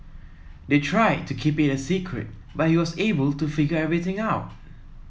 they tried to keep it a secret but he was able to figure everything out